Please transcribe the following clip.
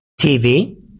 TV